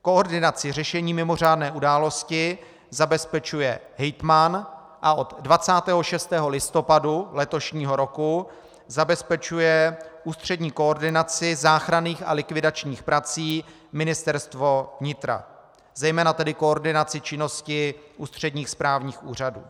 Koordinaci řešení mimořádné události zabezpečuje hejtman a od 26. listopadu letošního roku zabezpečuje ústřední koordinaci záchranných a likvidačních prací Ministerstvo vnitra, zejména tedy koordinaci činnosti ústředních správních úřadů.